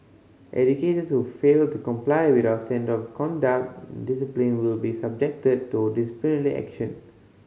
educators who fail to comply with our standards of conduct discipline will be subjected to disciplinary action